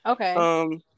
Okay